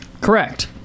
correct